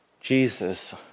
Jesus